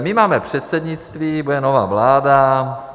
My máme předsednictví, bude nová vláda.